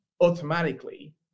automatically